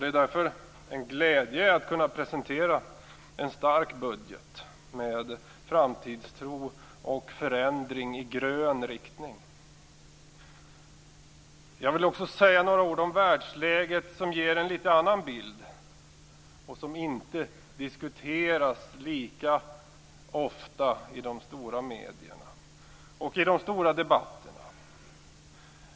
Det är därför en glädje att kunna presentera en stark budget med framtidstro och förändring i grön riktning. Jag vill också säga några ord om världsläget, som ger en litet annorlunda bild och som inte diskuteras lika ofta i de stora medierna och i de stora debatterna.